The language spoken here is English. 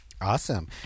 awesome